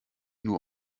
nur